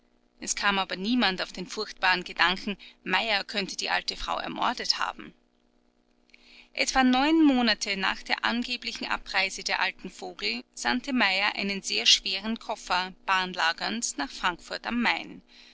es kam aber niemand auf den furchtbaren gedanken meyer könnte die alte frau ermordet haben etwa neun monate nach der angeblichen abreise der alten vogel sandte meyer einen sehr schweren koffer bahnlagernd nach frankfurt a m